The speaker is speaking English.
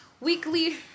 Weekly